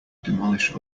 demolish